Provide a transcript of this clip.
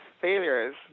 Failures